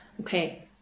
okay